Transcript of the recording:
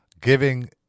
giving